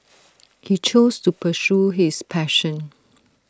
he chose to pursue his passion